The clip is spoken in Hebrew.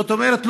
זאת אומרת,